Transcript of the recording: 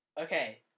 Okay